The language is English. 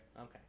Okay